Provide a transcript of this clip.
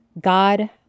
God